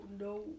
no